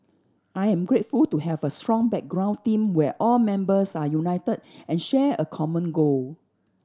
I am grateful to have a strong background team where all members are united and share a common goal